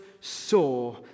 saw